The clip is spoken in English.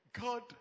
God